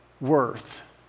worth